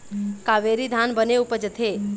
कावेरी धान बने उपजथे?